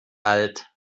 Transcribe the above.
alt